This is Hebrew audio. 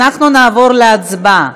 אנחנו נעבור להצבעה.